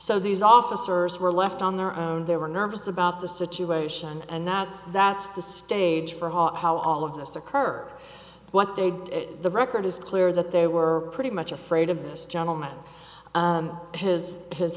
so these officers were left on their own they were nervous about the situation and that's that's the stage for heart how all of this occurred what they did the record is clear that they were pretty much afraid of this gentleman has his h